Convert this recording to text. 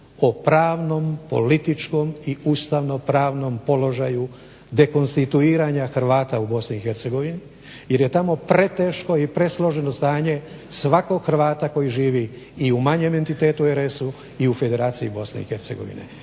o pravnom, političkom i ustavno-pravnom položaju dekonstituiranja Hrvata u BiH jer je tamo preteško i presloženo stanje svakog Hrvata koji živi i u manjem entitetu RS-a i u Federaciji BiH.